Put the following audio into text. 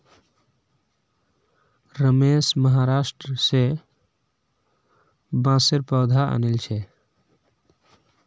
रमेश महाराष्ट्र स बांसेर पौधा आनिल छ